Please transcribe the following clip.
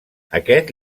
aquest